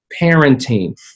parenting